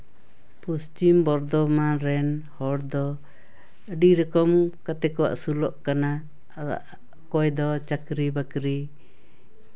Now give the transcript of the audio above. ᱯᱚᱥᱪᱤᱢ ᱵᱚᱨᱫᱷᱚᱢᱟᱱ ᱨᱮᱱ ᱦᱚᱲ ᱫᱚ ᱟᱹᱰᱤ ᱨᱚᱠᱚᱢ ᱠᱟᱛᱮᱜ ᱠᱚ ᱟᱹᱥᱩᱞᱚᱜ ᱠᱟᱱᱟ ᱚᱠᱚᱭ ᱫᱚ ᱪᱟᱹᱠᱨᱤ ᱵᱟᱹᱠᱨᱤ